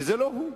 ולא הוא,